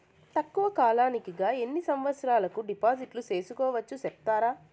తక్కువ కాలానికి గా ఎన్ని సంవత్సరాల కు డిపాజిట్లు సేసుకోవచ్చు సెప్తారా